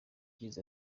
yagize